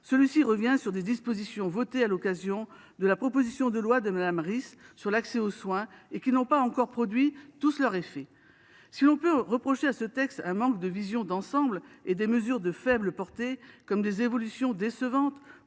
en effet sur des dispositions votées à l’occasion de la proposition de loi de Mme Rist sur l’accès aux soins qui n’ont pas encore produit tous leurs effets ! Si l’on peut reprocher à ce texte un manque de vision d’ensemble et des mesures de faible portée, comme des évolutions décevantes